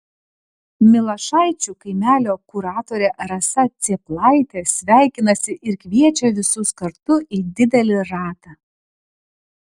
milašaičių kaimelio kuratorė rasa cėplaitė sveikinasi ir kviečia visus kartu į didelį ratą